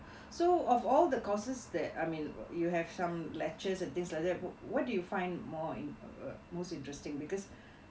so of all the courses that I mean you have some lectures and things like that what do you find more in uh most interesting because